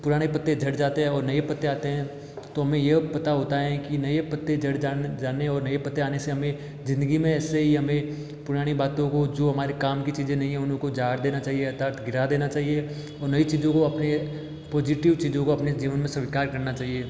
पुराने पत्ते झड़ जाते हैं और नए पत्ते आते हैं तो हमें ये पता होता है कि नए पत्ते झड़ जान जाने और नए पत्ते आने से हमें ज़िंदगी में ऐसे ही हमें पुरानी बातों को जो हमारे काम की चीज़ें नहीं हैं उनको झाड़ देना चाहिए अर्थात गिरा देना चाहिए और नई चीज़ों को अपने पॉज़िटिव चीज़ों को अपने जीवन में स्वीकार करना चाहिए